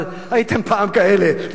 אבל הייתם פעם כאלה.